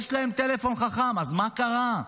אז מה קרה?